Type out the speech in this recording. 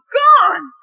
gone